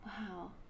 Wow